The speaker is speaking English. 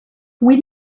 will